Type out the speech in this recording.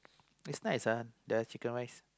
just nice uh their chicken rice